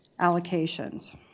allocations